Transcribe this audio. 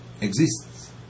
exists